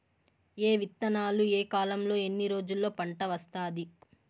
ఏ విత్తనాలు ఏ కాలంలో ఎన్ని రోజుల్లో పంట వస్తాది?